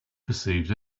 perceived